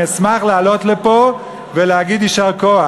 אני אשמח לעלות לפה ולהגיד יישר כוח.